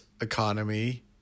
economy